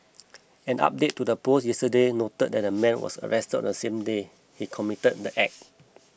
an update to the post yesterday noted that the man was arrested on the same day he committed the act